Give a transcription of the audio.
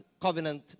covenant